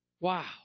Wow